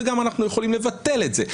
וגם אנחנו יכולים לבטל את זה.